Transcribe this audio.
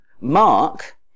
Mark